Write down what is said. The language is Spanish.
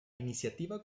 iniciativa